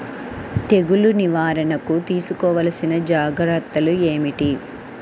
తెగులు నివారణకు తీసుకోవలసిన జాగ్రత్తలు ఏమిటీ?